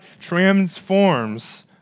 transforms